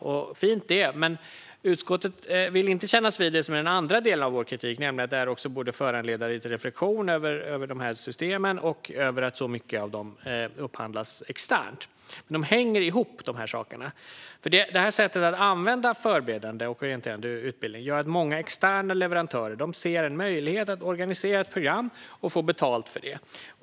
Det är fint, men utskottet vill inte kännas vid den andra delen av vår kritik, nämligen att detta borde föranleda lite reflektion över systemen och över att så mycket av dem upphandlas externt. De här sakerna hänger ihop, för det här sättet att använda Förebyggande och orienterande utbildning gör att många externa leverantörer ser en möjlighet att organisera ett program och få betalt för det.